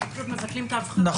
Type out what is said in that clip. הם פשוט מבטלים את האבחנה.